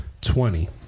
Twenty